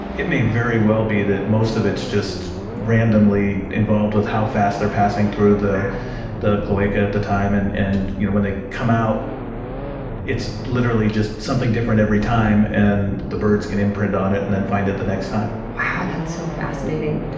it may very well be that most of it's just randomly involved with how fast they are passing through the the cloaca at the time, and and you know when they come out it's literally just something different every time and the birds can imprint on it and then find it the next time. wow, that's so fascinating.